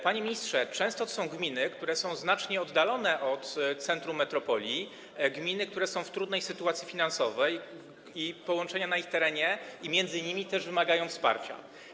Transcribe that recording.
Panie ministrze, często są to gminy, które są znacznie oddalone od centrum metropolii, gminy, które są w trudnej sytuacji finansowej i połączenia na ich terenie i między nimi też wymagają wsparcia.